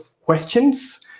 questions